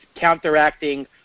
counteracting